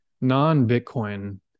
non-Bitcoin